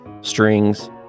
strings